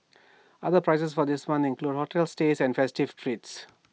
other prizes for this month include hotel stays and festive treats